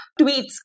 tweets